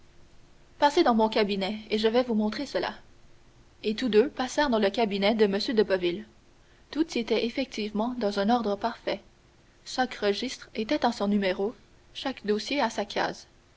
passez dans mon cabinet et je vais vous montrer cela et tous deux passèrent dans le cabinet de m de boville tout y était effectivement dans un ordre parfait chaque registre était à son numéro chaque dossier à sa case